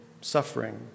suffering